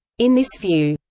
in this view,